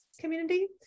Community